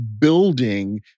building